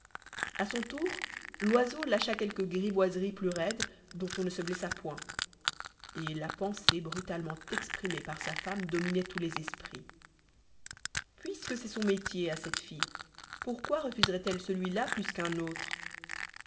a son tour loiseau lâcha quelques grivoiseries plus raides dont on ne se blessa point et la pensée brutalement exprimée par sa femme dominait tous les esprits puisque c'est son métier à cette fille pourquoi refuserait elle celui-là plus qu'un autre